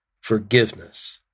forgiveness